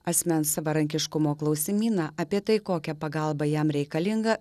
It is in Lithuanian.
asmens savarankiškumo klausimyną apie tai kokia pagalba jam reikalinga